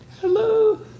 Hello